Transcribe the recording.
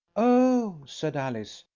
oh! said alice.